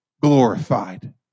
glorified